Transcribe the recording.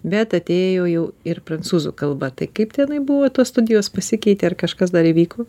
bet atėjo jau ir prancūzų kalba tai kaip tenai buvo tos studijos pasikeitė ar kažkas dar įvyko